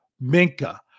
Minka